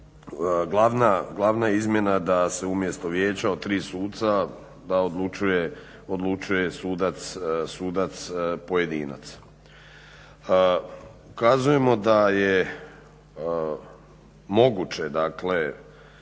glavna izmjena da se umjesto vijeća od 3 suca da odlučuje sudac pojedinac. Ukazujemo da je moguće dakle